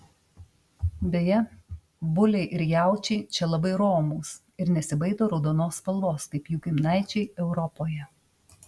beje buliai ir jaučiai čia labai romūs ir nesibaido raudonos spalvos kaip jų giminaičiai europoje